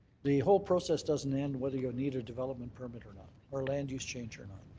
the whole process doesn't end whether you need a development permit or not, or land use change or not.